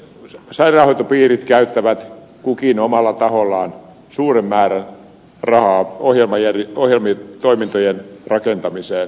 sairaanhoitopiirit käyttävät kukin omalla tahollaan suuren määrän rahaa ohjelmatoimintojen rakentamiseen